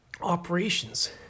operations